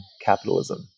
capitalism